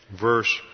verse